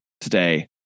today